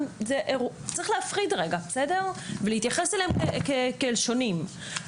צריך להפריד רגע ולהתייחס אליהם כאל שונים.